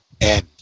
end